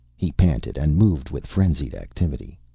he panted, and moved with frenzied activity.